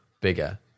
bigger